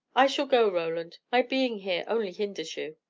i shall go, roland. my being here only hinders you.